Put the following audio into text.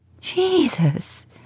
Jesus